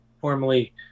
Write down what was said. formally